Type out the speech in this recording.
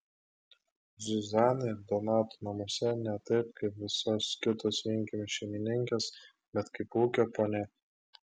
zuzana ir donato namuose ne taip kaip visos kitos vienkiemių šeimininkės bet kaip ūkio ponia